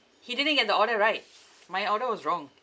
he didn't get the order right my order was wrong